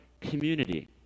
community